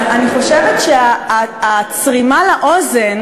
אז אני חושבת שהצרימה לאוזן,